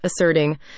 asserting